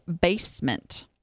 Basement